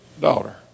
daughter